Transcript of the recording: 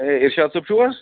ہے ارشاد صٲب چھُو حظ